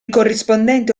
corrispondente